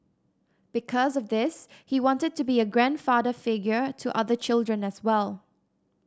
because of this he wanted to be a grandfather figure to other children as well